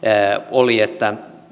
oli että